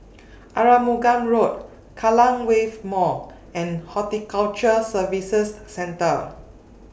Arumugam Road Kallang Wave Mall and Horticulture Services Centre